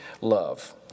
love